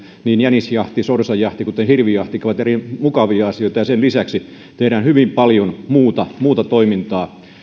niin jänisjahti sorsajahti kuin hirvijahtikin ovat mukavia asioita ja sen lisäksi tehdään hyvin paljon muuta muuta toimintaa